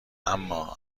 اما